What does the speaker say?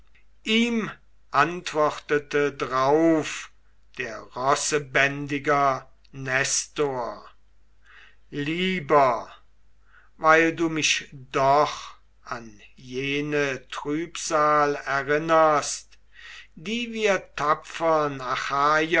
ihm antwortete drauf der rossebändiger nestor lieber weil du mich doch an jene trübsal erinnerst die wir tapfern achaier